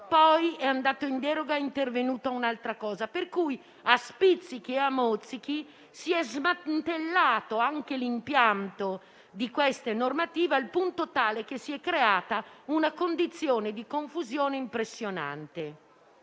si è andati in deroga ed è intervenuta un'altra cosa; per cui a spizzichi e bocconi si è smantellato anche l'impianto di questa normativa al punto tale che si è creata una condizione di confusione impressionante.